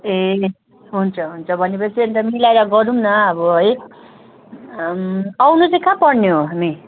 ए हुन्छ हुन्छ भनेपछि अन्त मिलाएर गरौँ न अब है आउनु चाहिँ कहाँ पर्ने हो हामी